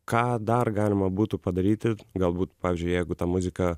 ką dar galima būtų padaryti galbūt pavyzdžiui jeigu ta muzika